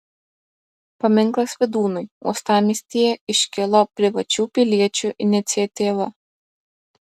paminklas vydūnui uostamiestyje iškilo privačių piliečių iniciatyva